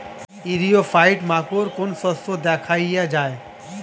ইরিও ফাইট মাকোর কোন শস্য দেখাইয়া যায়?